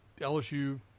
LSU